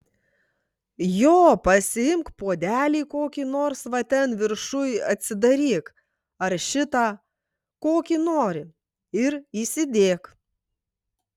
jo pasiimk puodelį kokį nors va ten viršuj atsidaryk ar šitą kokį nori ir įsidėk